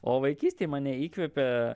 o vaikystėj mane įkvėpė